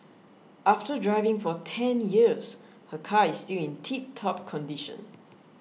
after driving for ten years her car is still in tiptop condition